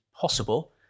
possible